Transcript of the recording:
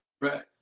Right